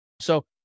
So-